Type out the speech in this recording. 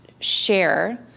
share